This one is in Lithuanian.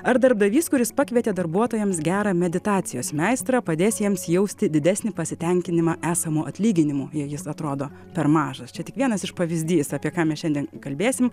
ar darbdavys kuris pakvietė darbuotojams gerą meditacijos meistrą padės jiems jausti didesnį pasitenkinimą esamu atlyginimu jei jis atrodo per mažas čia tik vienas iš pavyzdys apie ką mes šiandien kalbėsim